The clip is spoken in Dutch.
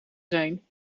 zijn